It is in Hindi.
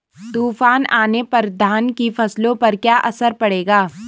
तूफान आने पर धान की फसलों पर क्या असर पड़ेगा?